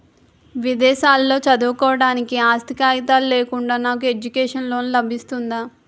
విదేశాలలో చదువుకోవడానికి ఆస్తి కాగితాలు లేకుండా నాకు ఎడ్యుకేషన్ లోన్ లబిస్తుందా?